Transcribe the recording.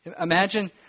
Imagine